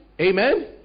Amen